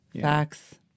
facts